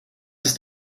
ist